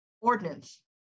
ordinance